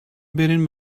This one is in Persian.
برین